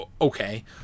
Okay